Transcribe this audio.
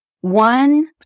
One